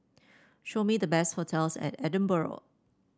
show me the best hotels in Edinburgh